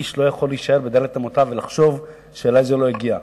איש לא יכול להישאר בד' אמותיו ולחשוב שאליו זה לא יגיע.